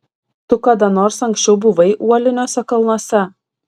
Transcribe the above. tu kada nors anksčiau buvai uoliniuose kalnuose